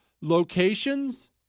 locations